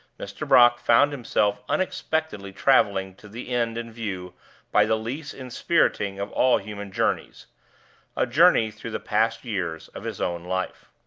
mr. brock found himself unexpectedly traveling to the end in view by the least inspiriting of all human journeys a journey through the past years of his own life.